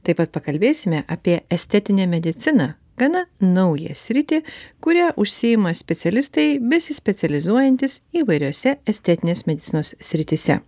taip pat pakalbėsime apie estetinę mediciną gana naują sritį kuria užsiima specialistai besispecializuojantys įvairiose estetinės medicinos srityse